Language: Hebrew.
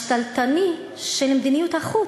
השתלטני של מדיניות החוץ,